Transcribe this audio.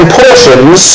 portions